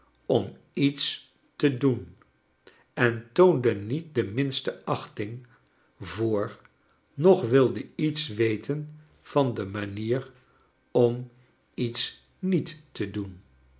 om lets te doen en toonde niet de minste achting voor noch wilde iets weten van de manier om lets niet te doen